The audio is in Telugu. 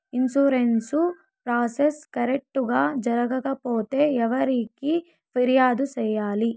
ఇన్సూరెన్సు ప్రాసెస్ కరెక్టు గా జరగకపోతే ఎవరికి ఫిర్యాదు సేయాలి